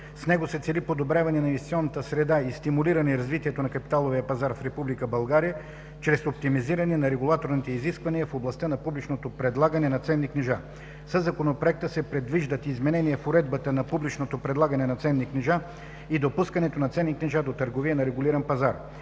С него се цели подобряване на инвестиционната среда и стимулиране развитието на капиталовия пазар в Република България чрез оптимизиране на регулаторните изисквания в областта на публичното предлагане на ценни книжа. Със Законопроекта се предвиждат: - изменения в уредбата на публичното предлагане на ценни книжа и допускането на ценни книжа до търговия на регулиран пазар;